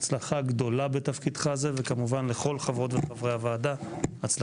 הצלחה גדולה בתפקידך זה ולכל חברות וחברי הוועדה.